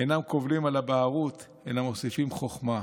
אינם קובלים על הבערות אלא מוסיפים חוכמה".